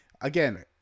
again